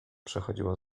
przechodziło